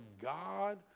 God